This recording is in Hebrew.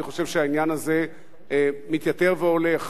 אני חושב שהעניין הזה מתייתר והולך.